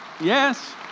Yes